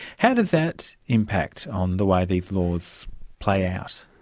how does that impact on the way these laws play out?